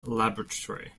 laboratory